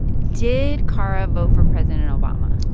did kara vote for president obama?